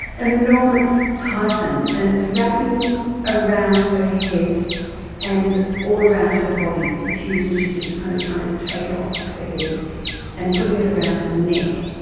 enormous python, and it's wrapping around her head and all around her body, it's huge, and she is just kind of trying to take it off her head and putting it around her neck.